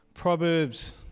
Proverbs